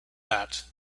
that